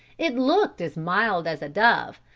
it looked as mild as a dove,